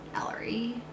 Ellery